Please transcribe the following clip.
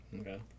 Okay